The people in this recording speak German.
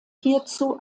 hierzu